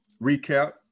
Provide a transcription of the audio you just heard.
recap